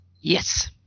Yes